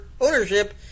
ownership